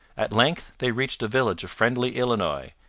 at length they reached a village of friendly illinois,